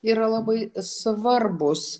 yra labai svarbūs